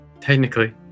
Technically